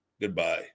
Goodbye